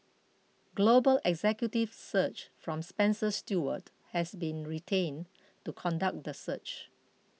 global executive search from Spencer Stuart has been retained to conduct the search